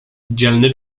dzielny